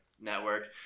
network